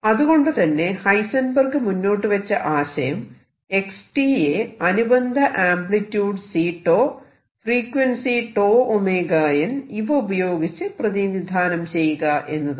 അതുകൊണ്ടുതന്നെ ഹൈസെൻബെർഗ് മുന്നോട്ടുവച്ച ആശയം x യെ അനുബന്ധ ആംപ്ലിട്യൂഡ് C𝞃 ഫ്രീക്വൻസി 𝞃𝞈n ഇവ ഉപയോഗിച്ച് പ്രതിനിധാനം ചെയ്യുക എന്നതാണ്